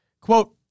Quote